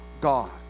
God